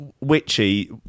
witchy